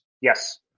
Yes